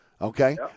Okay